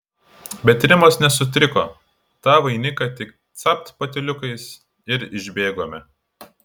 bet rimas nesutriko tą vainiką tik capt patyliukais ir išbėgome